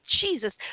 Jesus